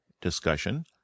discussion